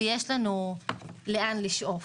ויש לנו לאן לשאוף.